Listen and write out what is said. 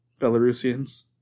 belarusians